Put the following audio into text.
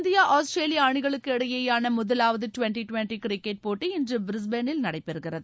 India Australia அணிகளுக்கு இடையேயான முதலாவது டுவென்டி டுவென்டி கிரிக்கெட் போட்டி இன்று பிரிஸ்பேனில் நடைபெறுகிறது